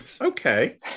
okay